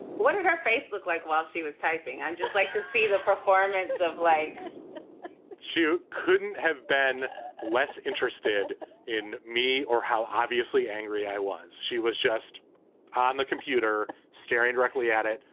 what did her face look like while she was typing? i'd just like to see the performance of like you couldn't have been less interested in me or how obviously angry i was. she was just on the computer staring directly at it.